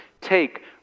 take